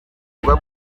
avuga